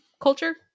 culture